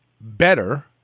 better